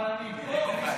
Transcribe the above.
אבל אני פה.